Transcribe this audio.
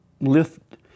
lift